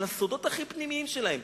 של הסודות הכי פנימיים שלהם,